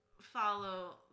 follow